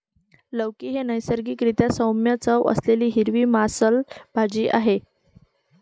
लौकी ही नैसर्गिक रीत्या सौम्य चव असलेली हिरवी मांसल भाजी आहे